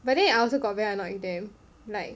but then I also got very annoyed with them like